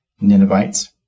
Ninevites